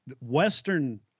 Western